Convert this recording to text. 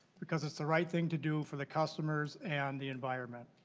because it is the right thing to do for the customers and the environment.